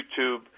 YouTube